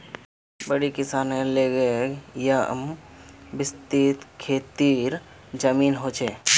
बोड़ो किसानेर लिगि येमं विस्तृत खेतीर जमीन ह छे